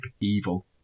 evil